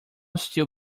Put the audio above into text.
still